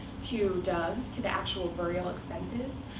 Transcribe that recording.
to doves, to the actual burial expenses,